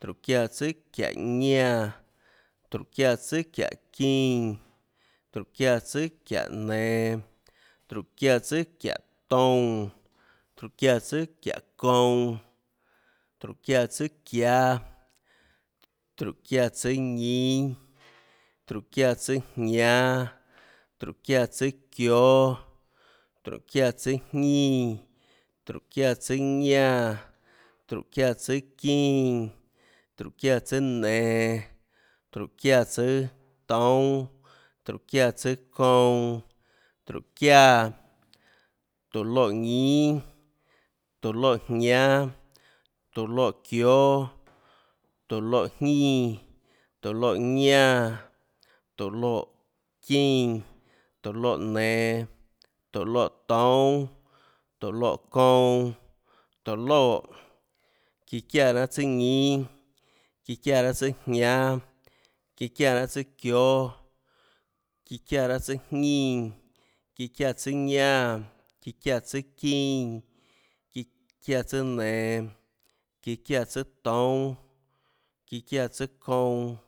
tróhå çiáã tsùâ çiáhå jñínã. tróhå çiáã tsùâ çiáhå ñánã. tróhå çiáã tsùâ çiáhå çínã. tróhå çiáã tsùâ çiáhå nenå, tróhå çiáã tsùâ çiáhå toúnâ. tróhå çiáã tsùâ çiáhå kounã. tróhå çiáã tsùâ çiáâ. tróhå çiáã tsùâ ñínâ. tróhå çiáã tsùâ jñánâ, tróhå çiáã tsùâ çióâ, tróhå çiáã tsùâjñínã, tróhå çiáã tsùâ ñánã. tróhå çiáã tsùâ çínã. tróhå çiáã tsùâ nenå. tróhå çiáã tsùâ toúnâ. tróhå çiáã tsùâ kounã, tróhå çiáã. tóå loè ñínâ, tóå loè jñánâ, tóå loè çióâ. tóå loè jñínã. tóå loè ñánã, tóå loè çínã, tóå loè nenå. tóå loè toúnâ. tóå loè kounã. tóå loè, çíã çiáã raâ tsùâ ñínâ, çiáã raâ tsùâjñánâ, çíã çiáã raâ tsùâ çióâ, çíã çiáã raâ tsùâ jñínã, çíã çiáã tsùâ ñánã, çíã çiáã tsùâ çínã, çíã çiáã tsùâ nenå, çíã çiáã tsùâ toúnâ, çíã çiáã tsùâ kounã